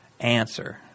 answer